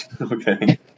Okay